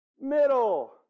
Middle